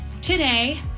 Today